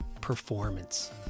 performance